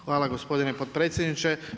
Hvala gospodin potpredsjedniče.